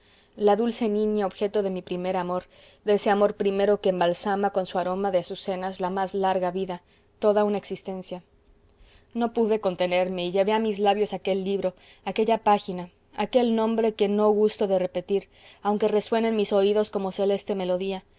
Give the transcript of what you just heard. la dulce niña objeto de mi primer amor de ese amor primero que embalsama con su aroma de azucenas la más larga vida toda una existencia no pude contenerme y llevé a mis labios aquel libro aquella página aquel nombre que no gusto de repetir aunque resuena en mis oídos como celeste melodía